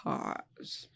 Pause